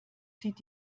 zieht